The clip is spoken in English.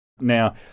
Now